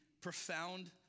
profound